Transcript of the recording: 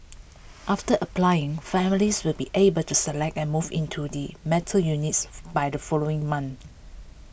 after applying families will be able to select and move into they metal units by the following month